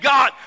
God